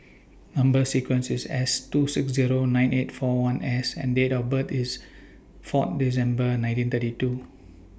Number sequence IS S two six Zero nine eight four one S and Date of birth IS four December nineteen thirty two